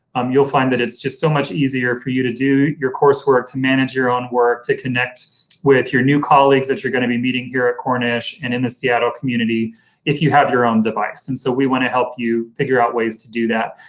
um you'll find that it's just so much easier for you to do your coursework, to manage your own work, and to connect with your new colleagues that you're going to be meeting here at cornish, and in the seattle community if you have your own device. and so, we want to help you figure out ways to do that.